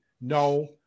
no